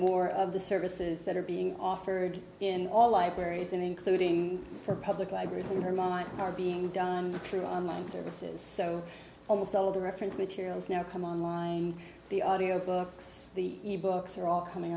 more of the services that are being offered in all libraries and including for public libraries in her mind are being done through online services so almost all of the reference materials now come online the audio books the e books are all coming